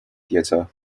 theater